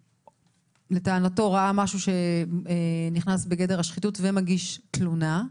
ולטענתו ראה משהו שנכנס בגדר השחיתות ומגיש תלונה,